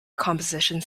compositions